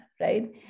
right